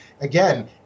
again